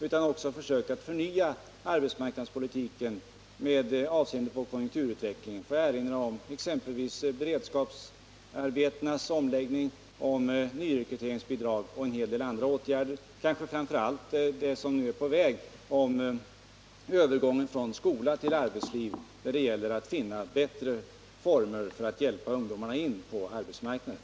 Vi har också försökt att förnya arbetsmarknadspolitiken med avseende på konjunkturutvecklingen. Får jag erinra om exempelvis beredskapsarbetenas omläggning, nyrekryteringsbidrag och en hel del andra åtgärder — kanske framför allt det som nu är på väg i fråga om övergången från skola till arbetsliv, där det gäller att finna bättre former för att hjälpa ungdomarna in på arbetsmarknaden.